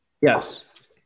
Yes